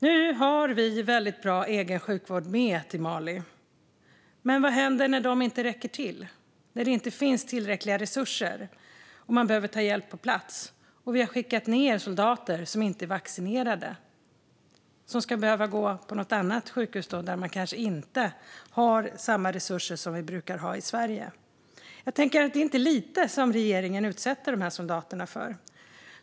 Nu har vi väldigt bra, egen sjukvård med oss till Mali, men vad händer när den inte räcker till, när det inte finns tillräckliga resurser och man behöver ta hjälp på plats? Vi har alltså skickat ned soldater som inte är vaccinerade. Ska de då behöva gå till något annat sjukhus där de kanske inte har samma resurser som vi brukar ha i Sverige? Det är inte lite som regeringen utsätter de här soldaterna för.